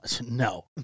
no